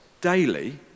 daily